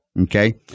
Okay